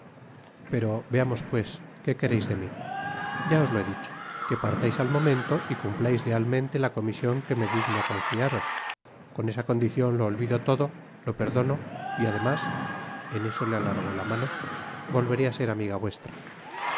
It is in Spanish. pero veamos pues qué quereis de mí ya os lo he dicho que partais al momento y cumplais lealmente la comision que me digno confiaros con esa condicion lo olvido todo lo perdono y además en eso le alargó la mano volveré á ser amiga vuestra